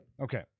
Okay